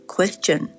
Question